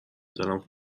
دلم